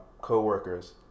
co-workers